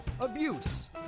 abuse